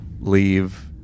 leave